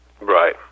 Right